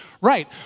right